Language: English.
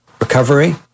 recovery